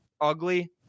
ugly